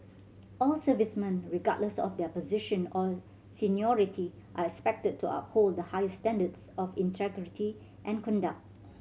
all servicemen regardless of their position or seniority are expected to uphold the highest standards of integrity and conduct